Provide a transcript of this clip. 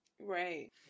right